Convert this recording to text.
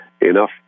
enough